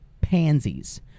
pansies